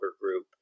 Group